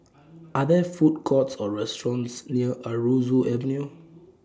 Are There Food Courts Or restaurants near Aroozoo Avenue